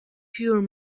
pure